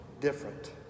different